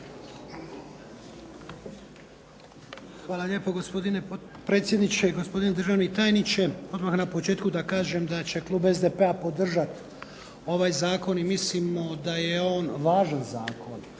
Hvala lijepa gospodine predsjedniče, državni tajniče, odmah na početku da kažem da će Klub SDP-a podržati ovaj Zakon i smatramo da je on važan Zakon.